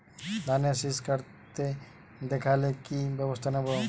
ধানের শিষ কাটতে দেখালে কি ব্যবস্থা নেব?